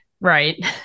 Right